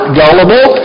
gullible